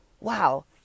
wow